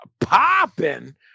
popping